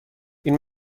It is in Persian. این